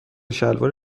شلوار